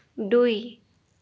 দুই